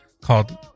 called